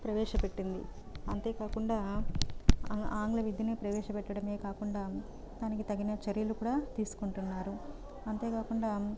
ప్రవేశ పెట్టింది అంతే కాకుండా ఆంగ్ల విద్యను ప్రవేశ పెట్టడమే కాకుండా దానికి తగిన చర్యలు కూడా తీసుకుంటున్నారు అంతే కాకుండా